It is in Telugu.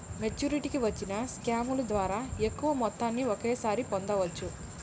మెచ్చురిటీకి వచ్చిన స్కాముల ద్వారా ఎక్కువ మొత్తాన్ని ఒకేసారి పొందవచ్చు